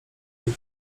lud